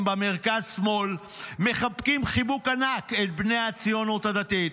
במרכז-שמאל מחבקים חיבוק ענק את בני הציונות הדתית,